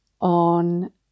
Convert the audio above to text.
on